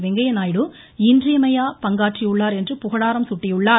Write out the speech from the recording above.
வெங்கைய நாயுடு இன்றியமையா பங்காற்றியுள்ளார் என்று புகழாரம் சூட்டியுள்ளார்